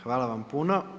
Hvala vam puno.